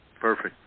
Perfect